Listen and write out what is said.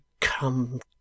Come